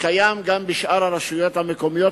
קיים גם בשאר הרשויות המקומיות,